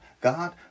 God